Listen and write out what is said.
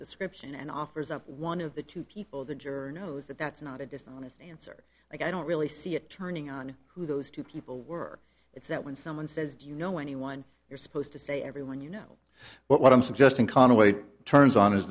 description and offers of one of the two people the jury knows that that's not a dishonest answer i don't really see it turning on who those two people were it's that when someone says do you know anyone you're supposed to say everyone you know but what i'm suggesting conway turns on is